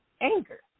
anger